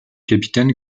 capitaine